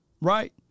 right